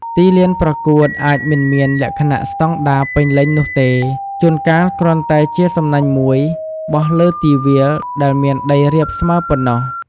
ទីលានប្រកួតអាចមិនមានលក្ខណៈស្តង់ដារពេញលេញនោះទេ ជួនកាលគ្រាន់តែជាសំណាញ់មួយបោះលើទីវាលដែលមានដីរាបស្មើប៉ុណ្ណោះ។